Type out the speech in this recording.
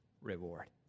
reward